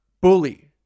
Bully